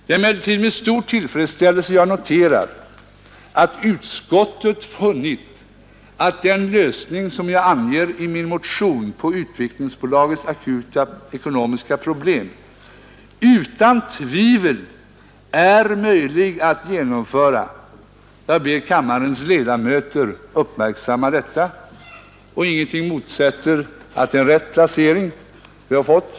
Det är emellertid med stor tillfredsställelse jag noterar att utskottet funnit att den lösning som jag anger i min motion på Utvecklingsbolagets akuta ekonomiska problem utan tvivel är möjlig att genomföra. Jag ber kammarens ledamöter uppmärksamma detta. Ingenting motsäger att det är en rätt placering vi har fått.